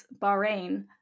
Bahrain